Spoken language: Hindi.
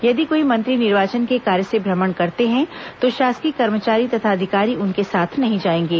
यदि कोई मंत्री निर्वाचन के कार्य से भ्रमण करते हैं तो शासकीय कर्मचारी तथा अधिकारी उनके साथ नहीं जाएंगे